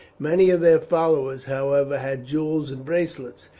many of their followers, however, had jewels and bracelets,